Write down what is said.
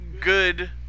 good